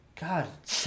God